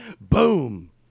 Boom